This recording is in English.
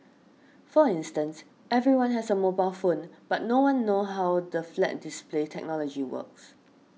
for instance everyone has a mobile phone but no one know how the flat display technology works